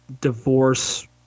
divorce